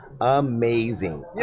Amazing